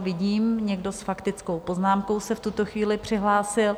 Vidím, někdo s faktickou poznámkou se v tuto chvíli přihlásil.